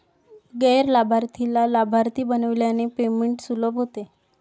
गैर लाभार्थीला लाभार्थी बनविल्याने पेमेंट सुलभ होते